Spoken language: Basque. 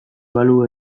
balu